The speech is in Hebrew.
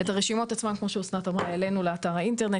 את הרשימות עצמן העלנו לאתר האינטרנט,